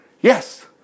Yes